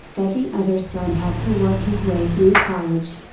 that the other son had to work his way through college,